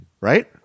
right